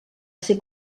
ser